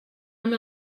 amb